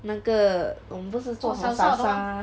那个我们不是做什么 salsa